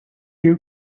you